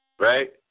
right